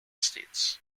states